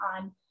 on